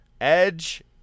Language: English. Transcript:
Edge